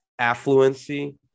affluency